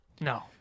No